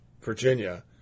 Virginia